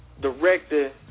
director